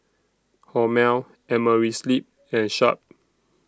Hormel Amerisleep and Sharp